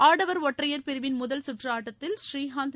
ஆடவர் ஒற்றையர் பிரிவின் முதல் கற்று ஆட்டத்தில் ஸ்ரீகாந்த்